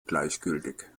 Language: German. gleichgültig